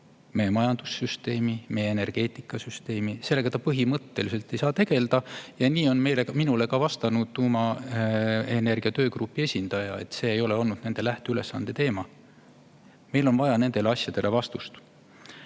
meie majandussüsteemi, meie energeetikasüsteemi. Sellega see põhimõtteliselt ei saanud tegelda ja nii on minule vastanud ka tuumaenergia töögrupi esindaja, et see ei ole olnud nende lähteülesanne. Meil on vaja nendele asjadele vastust.